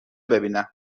ببینم